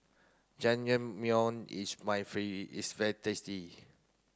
Jajangmyeon is is very tasty